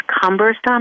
cumbersome